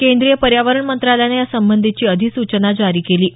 केंद्रीय पर्यावरण मंत्रालयानं यासंबंधीची अधिसूचना जारी केली आहे